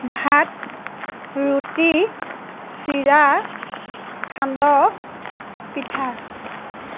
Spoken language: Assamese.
ভাত ৰুটি চিৰা সান্দহ পিঠা